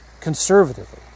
conservatively